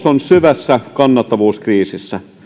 on syvässä kannattavuuskriisissä